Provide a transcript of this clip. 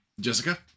Jessica